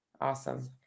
Awesome